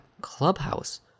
Clubhouse